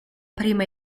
prima